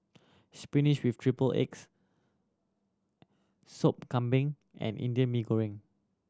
spinach with triple eggs Sop Kambing and Indian Mee Goreng